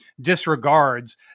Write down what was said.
disregards